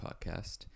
podcast